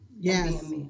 Yes